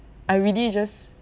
I really just